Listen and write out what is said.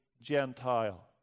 Gentile